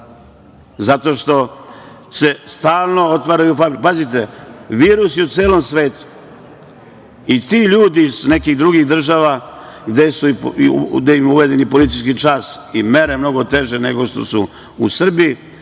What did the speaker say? zato što se stalno otvaraju fabrike. Pazite, virus je u celom svetu, i ljudi iz nekih drugih država gde je uveden policijski čas i gde su mere mnogo teže nego što su u Srbiji,